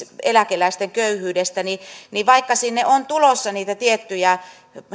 eläkeläisten köyhyydestä niin niin vaikka sinne on tulossa niitä tiettyjä